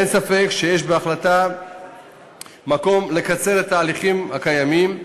אין ספק שיש בהחלט מקום לקצר את ההליכים הקיימים.